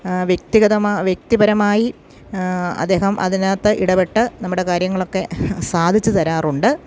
വ്യക്തിഗതമായ വ്യക്തിപരമായി അദ്ദേഹം അതിനകത്ത് ഇടപെട്ട് നമ്മുടെ കാര്യങ്ങളൊക്കെ സാധിച്ചു തരാറുണ്ട്